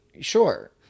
Sure